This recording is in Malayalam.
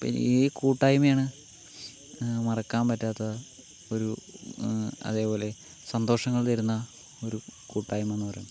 അപ്പോൾ ഈ കൂട്ടായ്മയാണ് മറക്കാൻ പറ്റാത്ത ഒരു അതേപോലെ സന്തോഷങ്ങൾ തരുന്ന ഒരു കൂട്ടായ്മയെന്ന് പറയുന്നത്